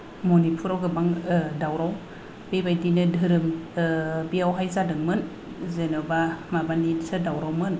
मनिपुराव गोबां दावराव बेबायदिनो धोरोम बेयावहाय जादोंमोन जेनेबा माबानिसो दावरावमोन